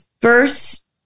first